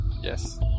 Yes